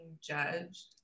judged